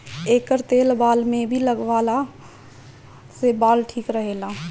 एकर तेल बाल में भी लगवला से बाल ठीक रहेला